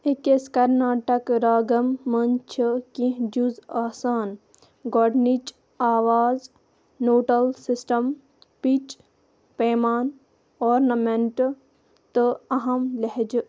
أکِس کرناٹک راگَم منٛز چھِ کیٚنٛہہ جُز آسان گۄڈٕنِچ آواز نوٹل سِسٹم پچ پیمان اورنامنٹہٕ تہٕ اَہم لہجہٕ